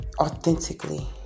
Authentically